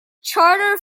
charter